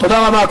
תודה רבה.